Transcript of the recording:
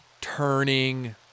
turning